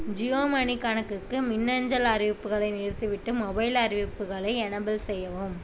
Jio money கணக்குக்கு மின்னஞ்சல் அறிவிப்புகளை நிறுத்திவிட்டு மொபைல் அறிவிப்புகளை எனெபிள் செய்யவும்